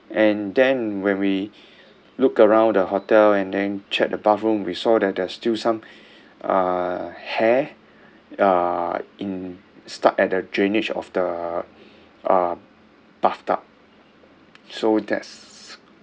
and then when we look around the hotel and then check the bathroom we saw that there's still some uh hair uh in stuck at a drainage of the uh bathtub so that's